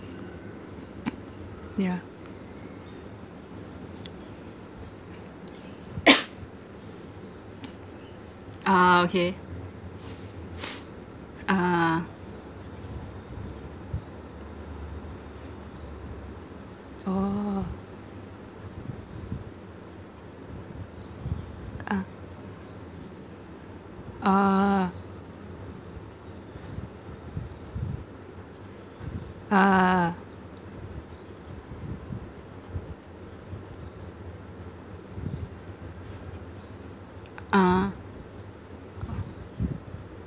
yeah ah okay ah oh ah ah ah ah oh